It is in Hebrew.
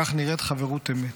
כך נראית חברות אמת.